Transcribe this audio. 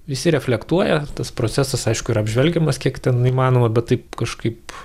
visi reflektuoja tas procesas aišku yra apžvelgiamas kiek ten įmanoma bet taip kažkaip